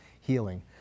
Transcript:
healing